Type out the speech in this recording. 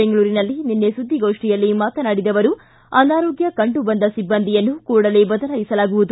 ಬೆಂಗಳೂರಿನಲ್ಲಿ ನಿನ್ನೆ ಸುದ್ದಿಗೋಷ್ಠಿಯಲ್ಲಿ ಮಾತನಾಡಿದ ಅವರು ಅನಾರೋಗ್ಯ ಕಂಡುಬಂದ ಸಿಬ್ಬಂದಿಯನ್ನು ಕೂಡಲೇ ಬದಲಾಯಿಸಲಾಗುವುದು